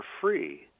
free—